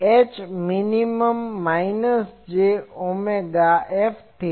H min minus j omega Fθ